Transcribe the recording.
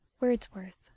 Wordsworth